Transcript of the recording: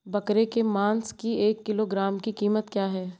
बकरे के मांस की एक किलोग्राम की कीमत क्या है?